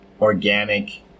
Organic